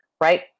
right